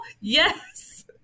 Yes